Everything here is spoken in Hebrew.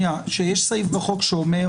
יש סעיף בחוק שאומר